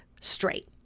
straight